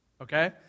Okay